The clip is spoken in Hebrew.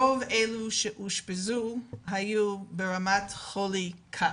רוב אלו שאושפזו היו ברמת חולי קל.